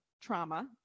trauma